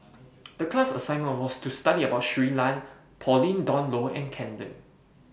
The class assignment was to study about Shui Lan Pauline Dawn Loh and Ken Lim